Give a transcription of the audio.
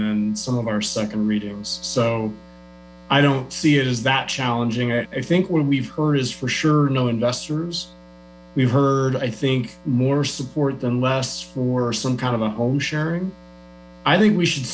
than some of our second readings so i don't see it is that challenging i think what we've heard is for sure no investors we've heard i think more support than less for some kind of a home sharing i think we should